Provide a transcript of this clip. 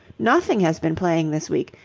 nothing has been playing this week.